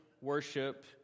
worship